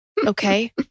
Okay